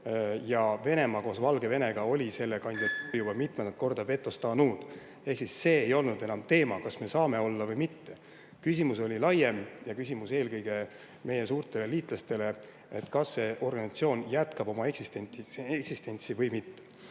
ja Venemaa koos Valgevenega oli selle kandidatuuri juba mitmendat korda vetostanud. Ehk siis see ei olnud enam teema, kas me saame olla või mitte. Küsimus oli laiem, küsimus oli eelkõige meie suurtele liitlastele, kas see organisatsioon jätkab oma eksistentsi või mitte.